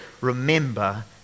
remember